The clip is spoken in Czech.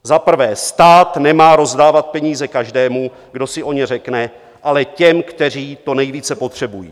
Za prvé, stát nemá rozdávat peníze každému, kdo si o ně řekne, ale těm, kteří to nejvíce potřebují.